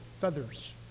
feathers